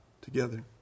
together